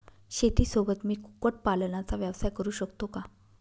शेतीसोबत मी कुक्कुटपालनाचा व्यवसाय करु शकतो का?